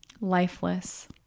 lifeless